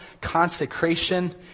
consecration